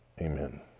Amen